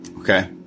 Okay